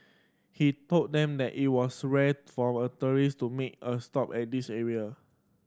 he told them that it was rare for a tourist to make a stop at this area